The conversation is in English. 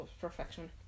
perfection